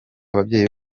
ababyeyi